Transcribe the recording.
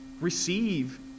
receive